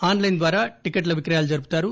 ఆస్ line ద్వారా టికెట్ల విక్రయాలు జరుపుతారు